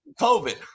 COVID